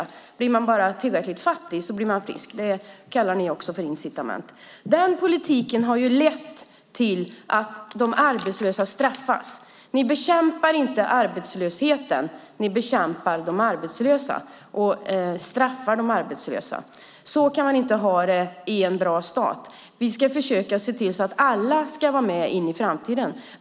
Om människor bara blir tillräckligt fattiga blir de friska. Även det kallar ni för incitament. Den politiken har lett till att de arbetslösa straffas. Ni bekämpar inte arbetslösheten. Ni bekämpar de arbetslösa och straffar dem. Så kan man inte ha det i en bra stat. Vi ska försöka se till att alla kommer med i framtiden.